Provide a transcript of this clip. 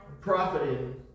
profiting